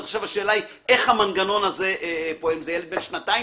עכשיו השאלה היא איך המנגנון הזה פועל אם זה ילד בן שנתיים,